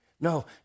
No